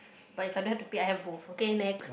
but if I don't have to pick I have both okay next